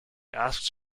asks